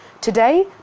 Today